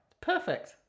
Perfect